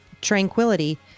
tranquility